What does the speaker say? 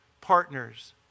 partners